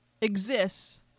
exists